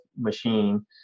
machine